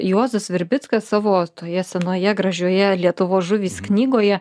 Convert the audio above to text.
juozas virbickas savo toje senoje gražioje lietuvos žuvys knygoje